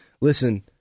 listen